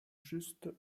juste